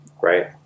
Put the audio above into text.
right